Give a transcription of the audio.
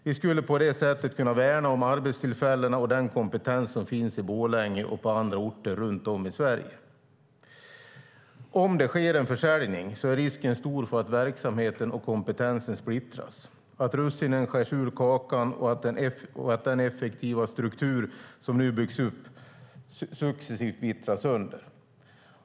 Vi skulle på det sättet kunna värna om arbetstillfällena och den kompetens som finns i Borlänge och på andra orter runt om i Sverige. Om det sker en försäljning är risken stor att verksamheten och kompetensen splittras, att russinen skärs ur kakan och att den effektiva struktur som nu byggs upp successivt vittrar sönder.